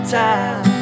time